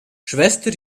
schwester